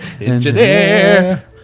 engineer